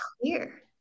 clear